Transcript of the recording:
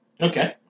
Okay